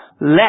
Let